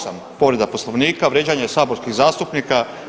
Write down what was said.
238. povreda Poslovnika vrijeđanje saborskih zastupnika.